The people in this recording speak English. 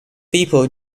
people